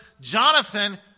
Jonathan